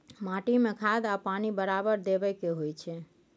माटी में खाद आ पानी बराबर देबै के होई छै